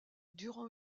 durant